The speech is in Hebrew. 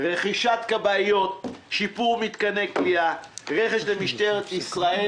רכישת כבאיות; שיפור מתקני כליאה; רכש למשטרת ישראל,